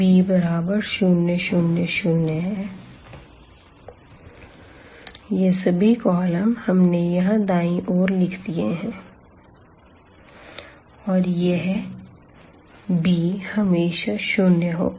b0 0 0 यह सभी column हमने यहां दायीं ओर लिख दिए हैं और यह b हमेशा भी शून्य होगा